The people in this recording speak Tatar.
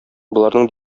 боларның